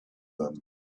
them